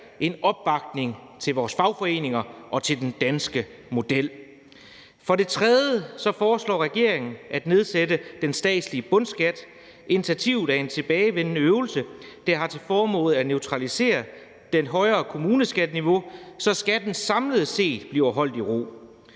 opbakningen til vores fagforeninger og til den danske model. For det tredje foreslår regeringen at nedsætte den statslige bundskat. Initiativet er en tilbagevendende øvelse. Det har til formål at neutralisere det højere kommuneskatteniveau, så skatten samlet set bliver holdt i ro.